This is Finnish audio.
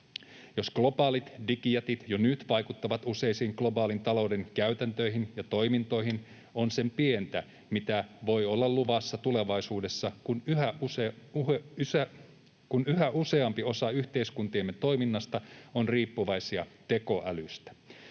Jos globaalit digijätit jo nyt vaikuttavat useisiin globaalin talouden käytäntöihin ja toimintoihin, on se pientä siihen nähden, mitä voi olla luvassa tulevaisuudessa, kun yhä useampi osa yhteiskuntiemme toiminnasta on riippuvainen tekoälystä.